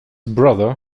brother